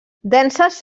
denses